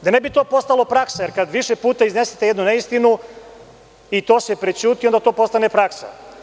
Da ne bi to postala praksa, jer kada više puta iznesete jednu neistinu i to se prećuti, onda to postane praksa.